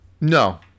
No